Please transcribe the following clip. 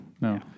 No